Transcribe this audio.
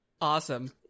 Awesome